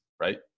right